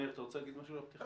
מאיר, רוצה להגיד משהו לפתיחה?